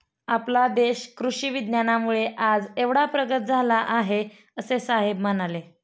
आपला देश कृषी विज्ञानामुळे आज एवढा प्रगत झाला आहे, असे साहेब म्हणाले